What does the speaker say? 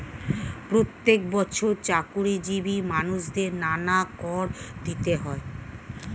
প্রত্যেক বছর চাকরিজীবী মানুষদের নানা কর দিতে হয়